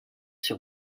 sur